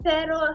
Pero